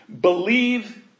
believe